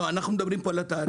אנחנו מדברים פה על התעריפים,